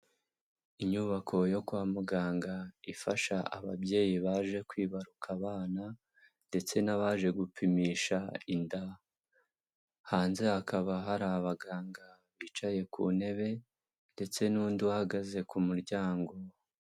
Inyubako yo kwa muganga ifasha ababyeyi baje kwibaruka abana ndetse n'abaje gupimisha inda, hanze hakaba hari abaganga bicaye ku ntebe ndetse n'undi uhagaze ku muryango.